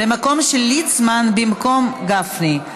מהמקום של ליצמן במקום גפני,